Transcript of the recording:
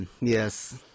yes